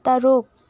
ꯇꯔꯨꯛ